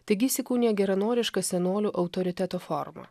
taigi įsikūnija į geranorišką senolių autoriteto formą